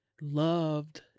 loved